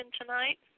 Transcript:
tonight